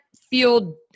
feel